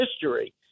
history